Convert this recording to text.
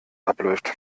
abläuft